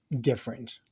different